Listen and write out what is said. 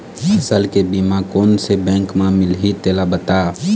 फसल के बीमा कोन से बैंक म मिलही तेला बता?